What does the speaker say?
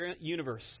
universe